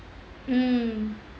mm